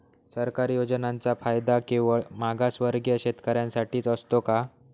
सरकारी योजनांचा फायदा केवळ मागासवर्गीय शेतकऱ्यांसाठीच असतो का?